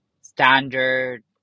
standard